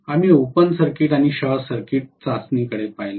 आम्ही open circuit आणि short circuit चाचणीकडे पाहिले